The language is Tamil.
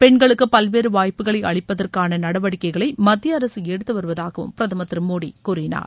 பெண்களுக்கு பல்வேறு வாய்ப்புகளை அளிப்பதற்கான நடவடிக்கைகளை மத்திய அரசு எடுத்து வருவதாக பிரதமர் திரு மோடி கூறினார்